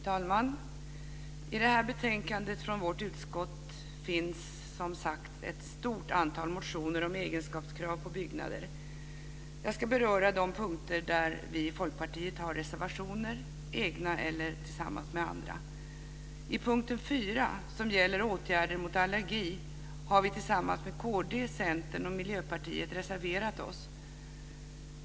Fru talman! I det här betänkandet från vårt utskott behandlas, som sagt var, ett stort antal motioner om egenskapskrav på byggnader. Jag ska beröra de punkter där vi i Folkpartiet har reservationer, egna eller tillsammans med andra. På punkten 4, som gäller åtgärder mot allergi, har vi tillsammans med kd, Centern och Miljöpartiet reserverat oss.